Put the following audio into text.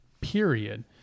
period